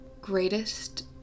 greatest